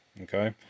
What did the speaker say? okay